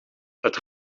het